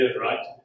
right